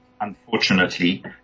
unfortunately